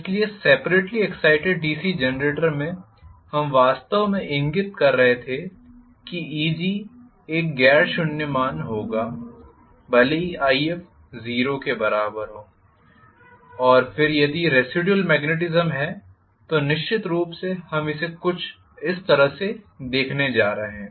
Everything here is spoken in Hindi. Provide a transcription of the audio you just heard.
इसलिए सेपरेट्ली एग्ज़ाइटेड डीसी जेनरेटर में हम वास्तव में इंगित कर रहे थे कि Eg एक गैर शून्य मान होगा भले ही If 0 के बराबर हो और फिर यदि रेसिडुयल मॅगनेटिज़म है तो निश्चित रूप से हम इसे कुछ इस तरह से करने जा रहे हैं